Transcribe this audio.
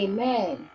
Amen